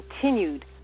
continued